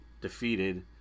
defeated